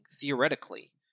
theoretically